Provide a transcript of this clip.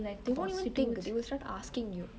they won't even think they would start asking you